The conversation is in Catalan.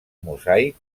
mosaic